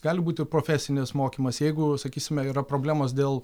gali būti ir profesinis mokymas jeigu sakysime yra problemos dėl